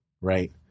right